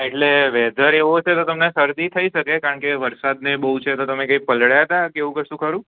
એટલે વેધર એવો છે તમને શરદી થઈ શકે કે વરસાદને બહુ છે કે તમે કઈ પલ્લ દિયા ત્યા કે એવુ કશુ ખરૂ